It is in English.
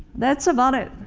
that's about it.